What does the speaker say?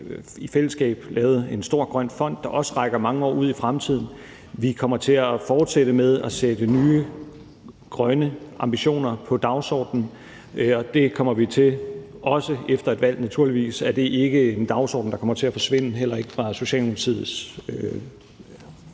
i fællesskab lavet en stor grøn fond, der også rækker mange år ud i fremtiden. Vi kommer til at fortsætte med at sætte nye grønne ambitioner på dagsordenen, og det kommer vi også til efter et valg. Naturligvis er det ikke en dagsorden, der kommer til at forsvinde, heller ikke fra Socialdemokratiets